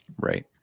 Right